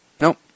Nope